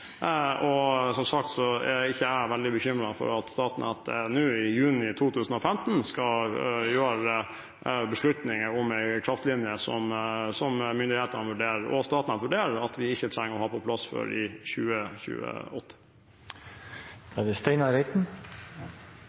og som sagt er jeg ikke veldig bekymret for at Statnett nå i juni 2015 skal gjøre beslutninger om en kraftlinje som myndighetene og Statnett vurderer at vi ikke trenger å ha på plass før i 2028.